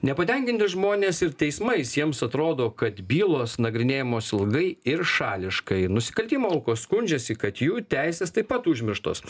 nepatenkinti žmonės ir teismais jiems atrodo kad bylos nagrinėjamos ilgai ir šališkai nusikaltimo aukos skundžiasi kad jų teisės taip pat užmirštos